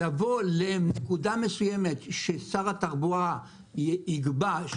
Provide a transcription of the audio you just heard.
לבוא לנקודה מסוימת ששר התחבורה יקבע,